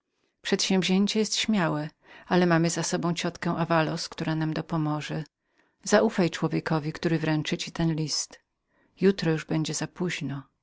przedsięwzięcie jest śmiałem ale mamy za sobą ciotkę davaloz która nam dopomżedopomoże zaufaj człowiekowi który w ręczywręczy ci ten list jutro już będzie za poźno